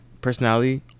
personality